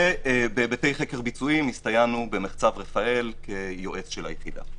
ובבתי חקר ביצועיים הסתייענו במחצב רפאל כיועץ של היחידה.